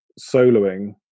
soloing